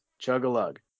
Chug-a-Lug